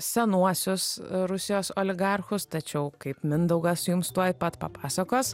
senuosius rusijos oligarchus tačiau kaip mindaugas jums tuoj pat papasakos